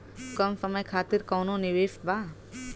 कम समय खातिर कौनो निवेश बा?